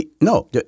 No